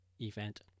event